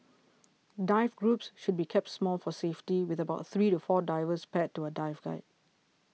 dive groups should be kept small for safety with about three to four divers paired to a dive guide